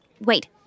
wait